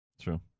True